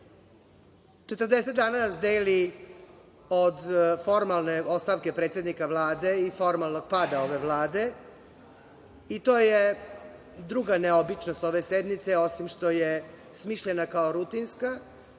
dana nas deli od formalne ostavke predsednika Vlade i formalnog pada ove vlade i to je druga neobičnost ove sednice, osim što je smišljena kao rutinska,